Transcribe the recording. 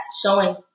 showing